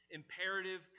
imperative